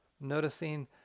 Noticing